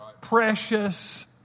precious